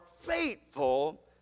faithful